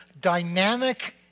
dynamic